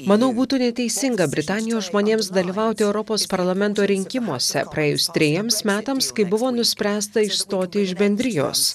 manau būtų neteisinga britanijos žmonėms dalyvauti europos parlamento rinkimuose praėjus trejiems metams kai buvo nuspręsta išstoti iš bendrijos